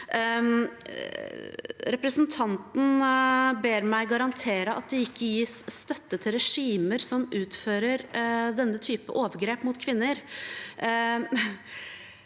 Representanten ber meg garantere at det ikke gis støtte til regimer som utfører denne type overgrep mot kvinner.